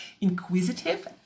inquisitive